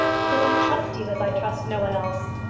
because i trust you as i trust no one else.